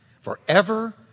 forever